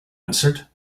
answered